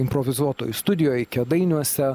improvizuotoj studijoj kėdainiuose